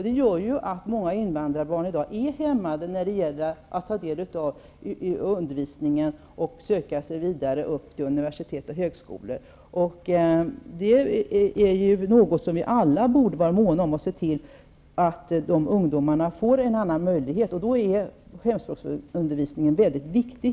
Det gör att många invandrarbarn är hämmade när det gäller att ta del av undervisning och att söka sig vidare upp till universitet och högskolor. Vi borde alla vara måna om att se till att de ungdomarna får en annan möjlighet. Då är hemspråksundervisningen mycket viktig.